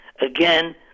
Again